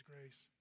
grace